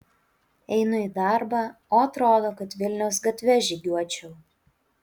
einu į darbą o atrodo kad vilniaus gatve žygiuočiau